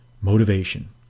motivation